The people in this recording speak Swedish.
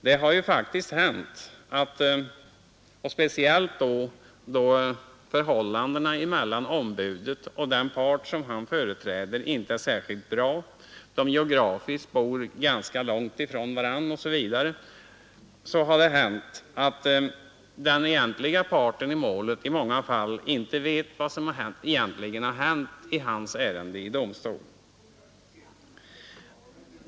Det har ju faktiskt hänt — speciellt då förhållandena mellan ombudet och den part som han företräder inte är särskilt bra, eller då de geografiskt bor ganska långt från varandra osv. — att den egentliga parten i målet i många fall inte vet vad som hänt i hans ärende i domstol.